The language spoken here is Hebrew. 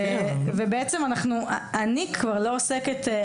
ובעצם אני כבר לא עוסקת,